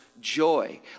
joy